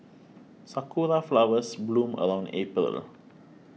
sakura flowers bloom around April